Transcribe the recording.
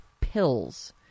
pills